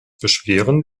beschweren